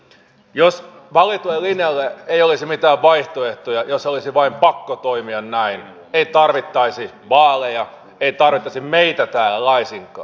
jos valitulle linjalle ei olisi mitään vaihtoehtoja jos olisi vain pakko toimia näin ei tarvittaisi vaaleja ei tarvittaisi meitä täällä laisinkaan